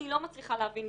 אני לא מצליחה להבין,